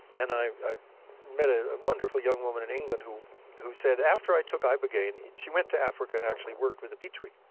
and i i met a wonderful young woman in england who who said, after i took ibogaine she went to africa and actually worked with the bwiti